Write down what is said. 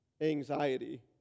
anxiety